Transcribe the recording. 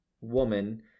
woman